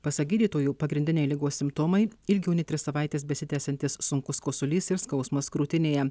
pasak gydytojų pagrindiniai ligos simptomai ilgiau nei tris savaites besitęsiantis sunkus kosulys ir skausmas krūtinėje